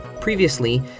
Previously